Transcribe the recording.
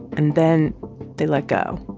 and then they let go.